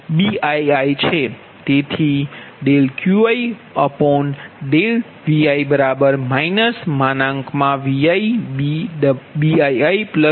તેથી QiVi ViBiiQi